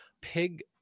pig